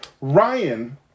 Ryan